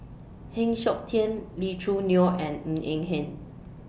Heng Siok Tian Lee Choo Neo and Ng Eng Hen